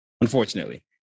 unfortunately